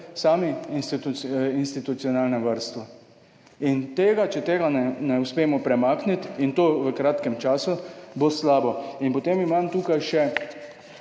samem institucionalnem varstvu in tega, če tega ne uspemo premakniti in to v kratkem času, bo slabo. In potem imam tukaj še